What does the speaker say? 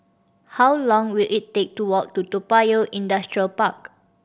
how long will it take to walk to Toa Payoh Industrial Park